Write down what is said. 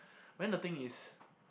but then the thing is